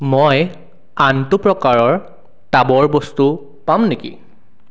মই আনটো প্ৰকাৰৰ টাবৰ বস্তু পাম নেকি